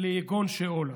ליגון שאולה.